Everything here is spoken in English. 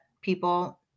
people